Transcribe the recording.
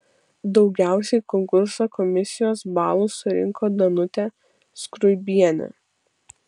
daugiausiai konkurso komisijos balų surinko danutė skruibienė